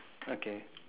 okay